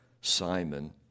Simon